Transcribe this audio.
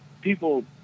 people